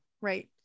Right